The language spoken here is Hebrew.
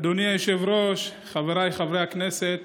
אדוני היושב-ראש, חבריי חברי הכנסת,